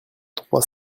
trois